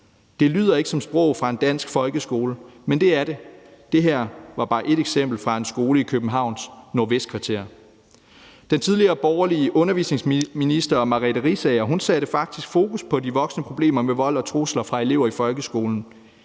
Det lyder ikke som sprog fra en dansk folkeskole, men det er det, og det her var bare ét eksempel fra en skole i Københavns nordvestkvarter. Den tidligere borgerlige undervisningsminister Merete Riisager satte faktisk fokus på de voksende problemer med vold og trusler fra elever i folkeskolen,